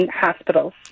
hospitals